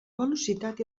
velocitat